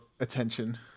Attention